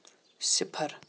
صِفر